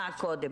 קפלן?